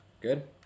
Good